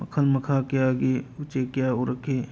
ꯃꯈꯜ ꯃꯈꯥ ꯀꯌꯥꯒꯤ ꯎꯆꯦꯛ ꯀꯌꯥ ꯎꯔꯛꯈꯤ